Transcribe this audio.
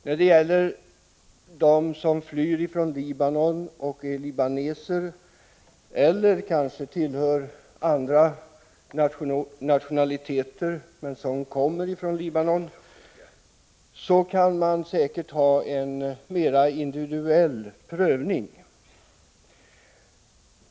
När det gäller dem som flyr från Libanon och som är libaneser, eller som tillhör andra nationaliteter men kommer från Libanon, kan man säkert göra en mera individuell prövning.